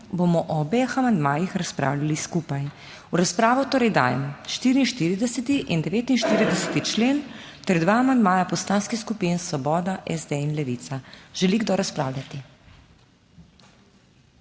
bomo o obeh amandmajih razpravljali skupaj. V razpravo torej dajem 44. in 49. člen ter dva amandmaja Poslanskih skupin Svoboda, SD in Levica. Želi kdo razpravljati?